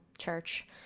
Church